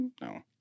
No